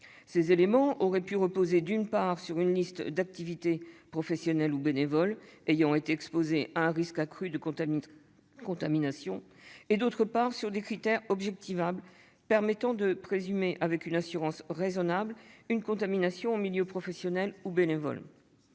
Ces éléments auraient pu reposer, d'une part, sur une liste d'activités professionnelles ou bénévoles ayant été exposées à un risque accru de contamination et, d'autre part, sur des critères objectivables permettant de présumer, avec une assurance raisonnable, une contamination en milieu professionnel ou bénévole.